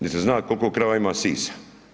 Niti zna koliko krava ima sisa.